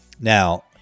now